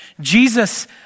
Jesus